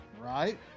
right